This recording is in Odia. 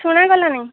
ଶୁଣା ଗଲାନି